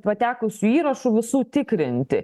patekusių įrašų visų tikrinti